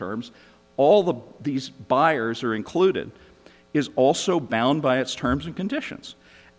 terms all the these buyers are included is also bound by its terms and conditions